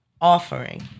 offering